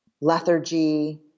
lethargy